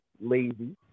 lazy